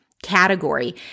category